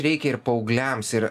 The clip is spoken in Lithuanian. reikia ir paaugliams ir